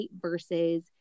versus